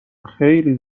خیلی